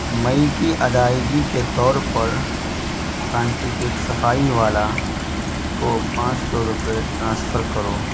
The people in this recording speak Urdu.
مئی کی ادائیگی کے طور پر کانٹیکٹ صفائی والا کو پانچ سو روپئے ٹرانسفر کرو